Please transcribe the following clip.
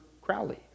Crowley